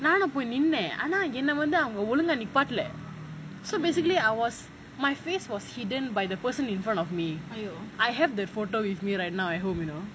நானும் போய் நின்னேன் ஆனா என்ன வந்து அவங்க ஒழுங்கா நிப்பாட்டுல:naanum poi ninnaen aanaa enna vanthu avanga olunga nipaatula so basically I was my face was hidden by the person in front of me I have the photo with me right now at home you know